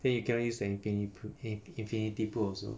then you cannot use the infi~ infinity pool also